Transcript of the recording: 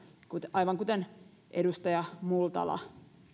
aivan kuten edustaja multala